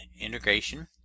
integration